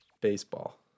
Baseball